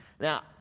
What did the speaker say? Now